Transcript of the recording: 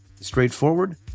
straightforward